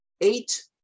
eight